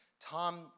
Tom